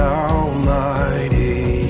almighty